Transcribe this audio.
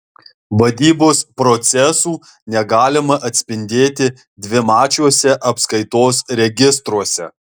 vadybos procesų negalima atspindėti dvimačiuose apskaitos registruose